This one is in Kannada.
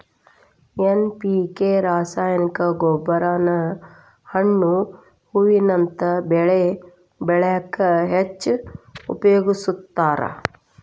ಎನ್.ಪಿ.ಕೆ ರಾಸಾಯನಿಕ ಗೊಬ್ಬರಾನ ಹಣ್ಣು ಹೂವಿನಂತ ಬೆಳಿ ಬೆಳ್ಯಾಕ ಹೆಚ್ಚ್ ಉಪಯೋಗಸ್ತಾರ